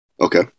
okay